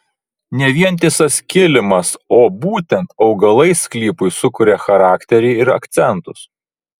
ne vientisas kilimas o būtent augalai sklypui sukuria charakterį ir akcentus